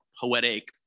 poetic